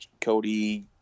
Cody